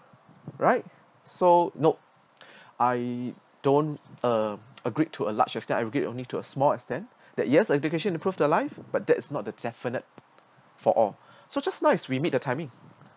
right so no I don't uh agreed to a large extent I agreed only to a small extent that years of education improve the life but that's not the definite for all so just nice is we meet the timing